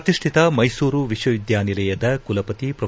ಪ್ರತಿಷ್ಠಿತ ಮೈಸೂರು ವಿಶ್ವವಿದ್ಯಾನಿಲಯದ ಕುಲಪತಿ ಪೊ